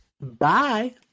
Bye